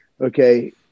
okay